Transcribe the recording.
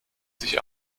sich